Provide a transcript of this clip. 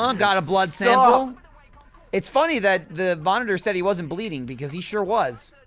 um got a blood sample it's funny that the monitor said he wasn't bleeding, because he sure was